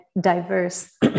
diverse